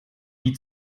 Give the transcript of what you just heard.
die